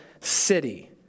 city